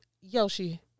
Yoshi